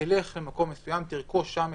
תרכוש במקום מסוים את